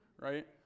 right